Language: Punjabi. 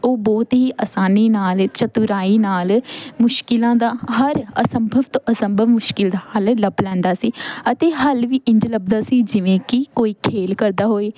ਉਹ ਬਹੁਤ ਹੀ ਆਸਾਨੀ ਨਾਲ ਚਤੁਰਾਈ ਨਾਲ ਮੁਸ਼ਕਲਾਂ ਦਾ ਹਰ ਅਸੰਭਵ ਤੋਂ ਅਸੰਭਵ ਮੁਸ਼ਕਲ ਦਾ ਹੱਲ ਲੱਭ ਲੈਂਦਾ ਸੀ ਅਤੇ ਹੱਲ ਵੀ ਇੰਝ ਲੱਭਦਾ ਸੀ ਜਿਵੇਂ ਕਿ ਕੋਈ ਖੇਡ ਕਰਦਾ ਹੋਵੇ